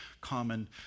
common